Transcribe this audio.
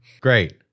Great